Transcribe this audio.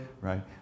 right